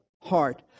heart